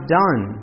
done